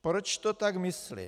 Proč to tak myslím?